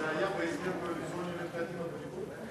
זה היה בהסכם קואליציוני בין קדימה והליכוד?